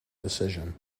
decision